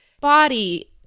body